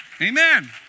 Amen